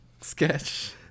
Sketch